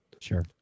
Sure